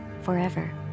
forever